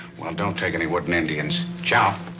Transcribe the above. well, don't take any wooden indians. ciao.